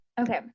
Okay